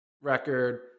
record